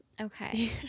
okay